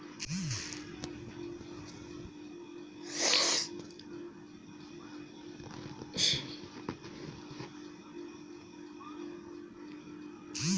ভারতের accounting standard বোর্ডের তরফ থেকে পরিচালনা করার নিয়ম আছে